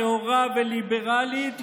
נאורה וליברלית לכאורה,